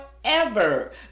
forever